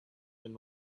and